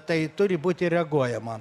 tai turi būti reaguojama